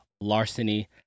larceny